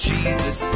Jesus